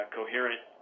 coherent